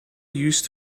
used